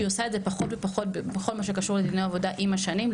שהיא עושה את זה פחות ופחות בכל מה שקשור לדיני עבודה עם השנים,